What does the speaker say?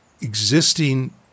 existing